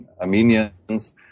Armenians